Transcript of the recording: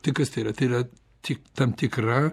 tai kas tai yra tai yra tik tam tikra